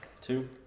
Two